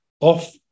off